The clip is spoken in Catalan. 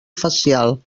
facial